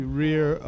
rear